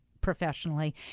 professionally